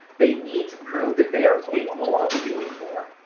they need to prove that they are capable of doing more.